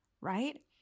right